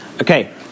Okay